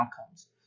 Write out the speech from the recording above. outcomes